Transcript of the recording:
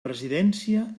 presidència